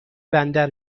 بندر